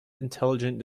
intelligent